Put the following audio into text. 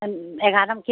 এঘাৰটামান কি